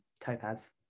topaz